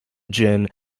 jin